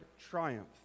triumph